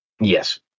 Yes